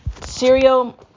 cereal